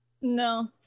No